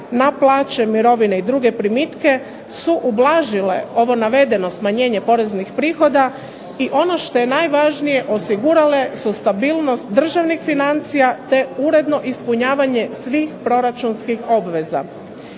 na plaće, mirovine i druge primitke su ublažile ovo navedeno smanjenje poreznih prihoda i ono što je najvažnije osigurale su stabilnost državnih financija, te uredno ispunjavanje svih proračunskih obveza.